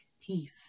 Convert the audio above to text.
peace